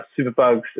superbugs